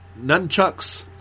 nunchucks